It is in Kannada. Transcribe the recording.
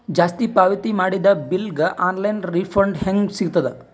ಜಾಸ್ತಿ ಪಾವತಿ ಮಾಡಿದ ಬಿಲ್ ಗ ಆನ್ ಲೈನ್ ರಿಫಂಡ ಹೇಂಗ ಸಿಗತದ?